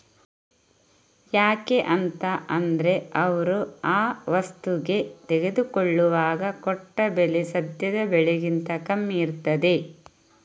ಯಾಕೆ ಅಂತ ಅಂದ್ರೆ ಅವ್ರು ಆ ವಸ್ತುಗೆ ತೆಗೆದುಕೊಳ್ಳುವಾಗ ಕೊಟ್ಟ ಬೆಲೆ ಸದ್ಯದ ಬೆಲೆಗಿಂತ ಕಮ್ಮಿ ಇರ್ತದೆ